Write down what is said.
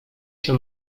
się